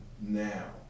now